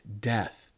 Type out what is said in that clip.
death